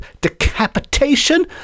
decapitation